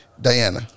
Diana